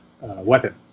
weapon